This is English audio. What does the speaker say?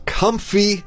comfy